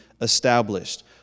established